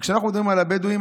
וכשאנחנו מדברים על הבדואים,